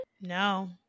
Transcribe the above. No